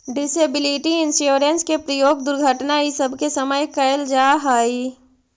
disability insurance के प्रयोग दुर्घटना इ सब के समय कैल जा हई